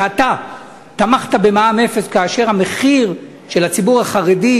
שאתה תמכת במע"מ אפס כאשר המחיר לציבור החרדי,